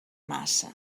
massa